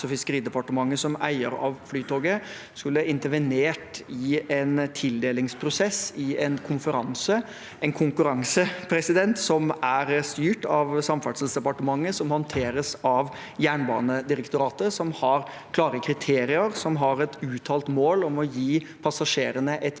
som eier av Flytoget, skulle intervenert i en tildelingsprosess i en konkurranse som er styrt av Samferdselsdepartementet, og som håndteres av Jernbanedirektoratet, som har klare kriterier og et uttalt mål om å gi passasjerene et